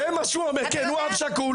הוא אב שכול,